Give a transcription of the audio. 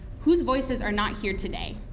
whose voices are not here today?